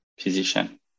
physician